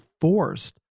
forced